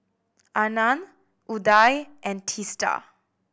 Anand Udai and Teesta